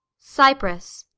cyprus.